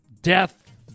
death